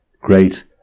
great